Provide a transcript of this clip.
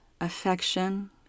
affection